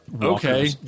okay